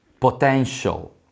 potential